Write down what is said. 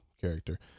character